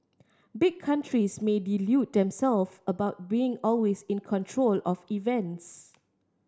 big countries may delude themself about being always in control of events